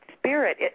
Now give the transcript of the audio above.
spirit